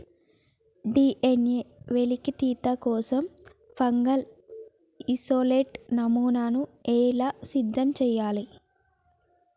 DNA వెలికితీత కోసం fungal isolate నమూనాను ఎలా సిద్ధం చెయ్యాలి?